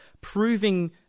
proving